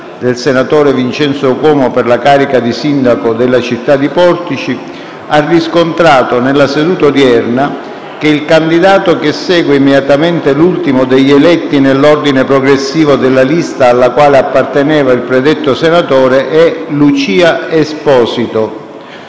del senatore Vincenzo Cuomo per la carica di sindaco della città di Portici, ha riscontrato nella seduta odierna che il candidato che segue immediatamente l'ultimo degli eletti nell'ordine progressivo della lista alla quale apparteneva il predetto senatore è Lucia Esposito.